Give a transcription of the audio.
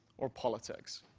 or politics.